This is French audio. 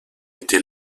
été